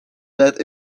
that